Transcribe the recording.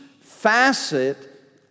facet